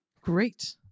Great